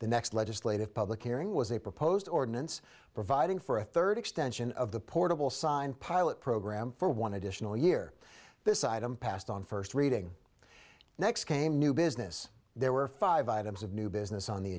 the next legislative public hearing was a proposed ordinance providing for a third extension of the portable sign pilot program for one additional year this item passed on first reading next came new business there were five items of new business on the